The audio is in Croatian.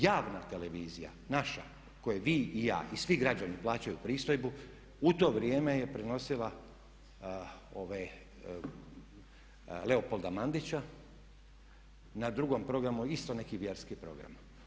Javna televizija, naša, koju vi i ja i svi građani plaćaju pristojbu u to vrijeme je prenosila ove Leopolda Mandića, na drugom programu isto neki vjerski program.